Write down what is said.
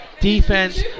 defense